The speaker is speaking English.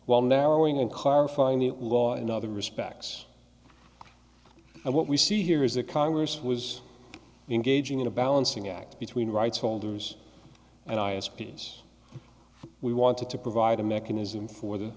while narrowing and clarifying the law in other respects and what we see here is that congress was engaging in a balancing act between rights holders and i as p s we wanted to provide a mechanism for the